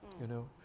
you know?